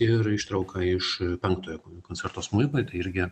ir ištrauka iš penktojo koncerto smuikui irgi